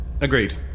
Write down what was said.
Agreed